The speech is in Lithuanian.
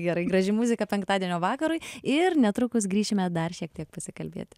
gerai graži muzika penktadienio vakarui ir netrukus grįšime dar šiek tiek pasikalbėti